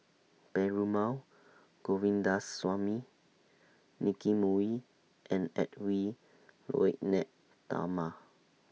Perumal Govindaswamy Nicky Moey and Edwy Lyonet Talma